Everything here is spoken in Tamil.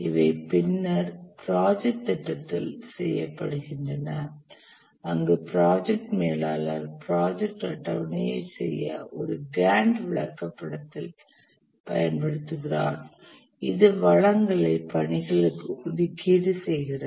இவை பின்னர் ப்ராஜெக்ட் திட்டத்தில் செய்யப்படுகின்றன அங்கு ப்ராஜெக்ட் மேலாளர் ப்ராஜெக்ட் அட்டவணையைச் செய்ய ஒரு கேன்ட் விளக்கப்படத்தில் பயன்படுத்துகிறார் இது வளங்களை பணிகளுக்கு ஒதுக்கீடு செய்கிறது